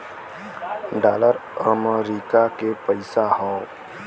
dollar अमरीका के पइसा हौ